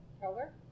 Color